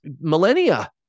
millennia